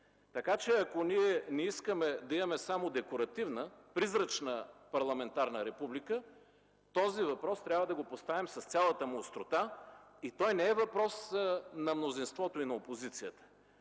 Така че ако ние не искаме да имаме само декоративна, призрачна парламентарна република, този въпрос трябва да го поставим с цялата му острота. Той не е въпрос на мнозинството или на опозицията.